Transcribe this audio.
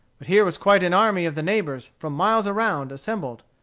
but here was quite an army of the neighbors, from miles around, assembled.